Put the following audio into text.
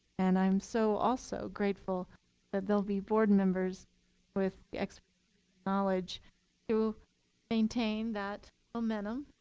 and i'm so also grateful that there'll be board members with the expert knowledge to maintain that momentum,